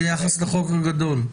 ביחס לחוק הגדול.